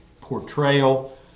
portrayal